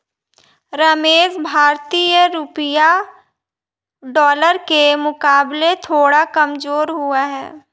रमेश भारतीय रुपया डॉलर के मुकाबले थोड़ा कमजोर हुआ है